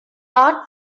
art